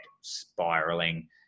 spiraling